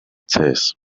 chess